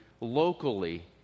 locally